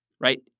right